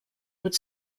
would